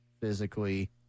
physically